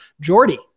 Jordy